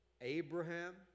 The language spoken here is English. Abraham